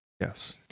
yes